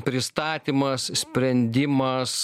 pristatymas sprendimas